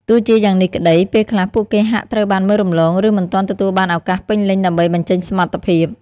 ទោះជាយ៉ាងនេះក្តី ពេលខ្លះពួកគេហាក់ត្រូវបានមើលរំលង ឬមិនទាន់ទទួលបានឱកាសពេញលេញដើម្បីបញ្ចេញសមត្ថភាព។